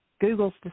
Google's